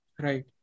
Right।